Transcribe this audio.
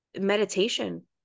meditation